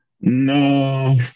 No